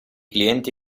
clienti